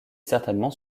certainement